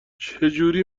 چجوری